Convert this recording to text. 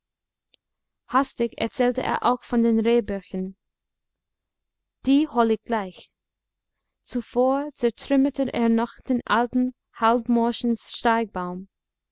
hastig erzählte er auch von den rehböcken die hol ich gleich zuvor zertrümmerte er noch den alten halbmorschen